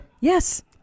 Yes